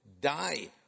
die